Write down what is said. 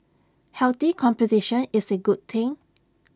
healthy competition is A good thing